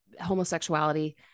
homosexuality